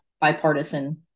bipartisan